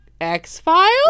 X-Files